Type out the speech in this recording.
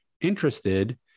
interested